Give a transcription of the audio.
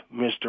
Mr